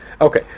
Okay